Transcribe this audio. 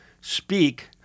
speak